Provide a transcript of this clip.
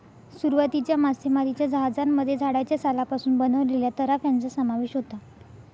सुरुवातीच्या मासेमारीच्या जहाजांमध्ये झाडाच्या सालापासून बनवलेल्या तराफ्यांचा समावेश होता